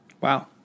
Wow